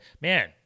Man